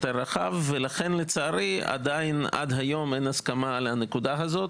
ולכן לצערי עד היום עדיין אין הסכמה על הנקודה הזאת.